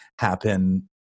happen